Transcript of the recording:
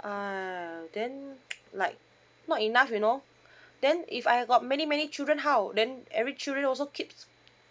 uh then like not enough you know then if I got many many children how then every children also keeps